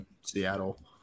Seattle